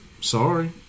Sorry